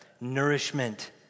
nourishment